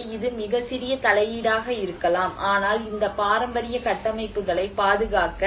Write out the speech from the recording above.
எனவே இது மிகச் சிறிய தலையீடாக இருக்கலாம் ஆனால் இந்த பாரம்பரிய கட்டமைப்புகளைப் பாதுகாக்க